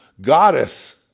goddess